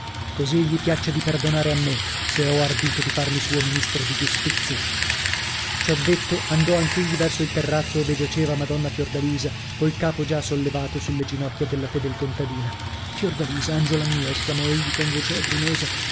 così gli piaccia di perdonare a me se ho ardito di farmi suo ministro di giustizia ciò detto andò anch'egli verso il terrazzo ove giaceva madonna fiordalisa col capo già sollevato sulle ginocchia della fedel contadina fiordalisa angiola mia esclamò egli con voce